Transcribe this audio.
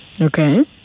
Okay